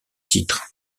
titres